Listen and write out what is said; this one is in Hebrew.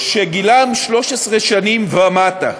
שגילם 13 שנים ומטה.